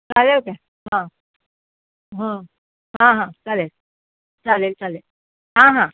चालेल काय हां हां चालेल चालेल चालेल हां हां